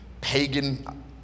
pagan